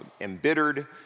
embittered